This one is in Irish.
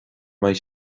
mbeidh